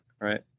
right